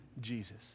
Jesus